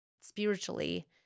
spiritually